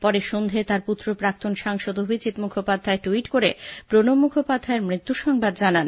পরে সন্ধ্যায় তাঁর পুত্র প্রাক্তন সাংসদ অভিজিত্ মুখোপাধ্যায় ট্যুইট করে প্রণব মুখোপাধ্যায়ের মৃত্যুর সংবাদ জানান